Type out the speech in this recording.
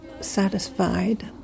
satisfied